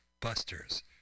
Busters